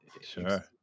Sure